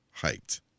hyped